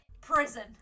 prison